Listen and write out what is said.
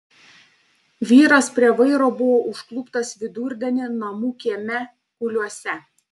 vyras prie vairo buvo užkluptas vidurdienį namų kieme kuliuose